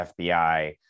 FBI